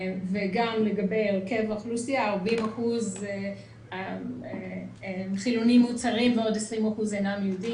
גם לגבי הרכב האוכלוסייה 40% חילונים מוצהרים ועוד 20% אינם יהודים,